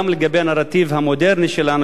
גם לגבי הנרטיב המודרני שלנו,